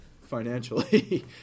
financially